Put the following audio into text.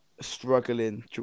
struggling